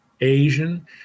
Asian